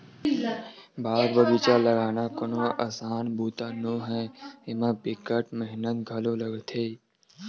बाग बगिचा लगाना कोनो असान बूता नो हय, एमा बिकट मेहनत घलो लागथे